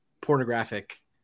pornographic